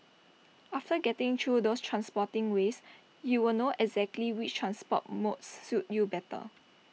after getting through those transporting ways you will know exactly which transport modes suit you better